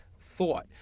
thought